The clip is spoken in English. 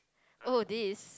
oh this